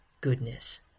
goodness